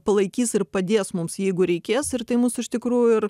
palaikys ir padės mums jeigu reikės ir tai mus iš tikrųjų ir